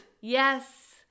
Yes